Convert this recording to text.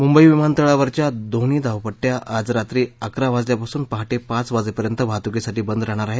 मुंबई विमानतळावरच्या दोन्ह धावपट्या आज रात्री अकरा वाजल्यापासून पहाटे पाच वाजेपर्यंत वाहतुकीसाठी बंद राहणार आहेत